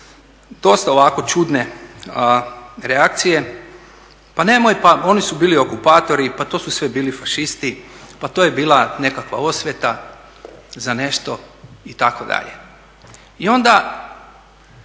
dosta ovako čudne reakcije, pa nemoj oni su bili okupatori, pa to su sve bili fašisti, pa to je bila nekakva osveta za nešto itd.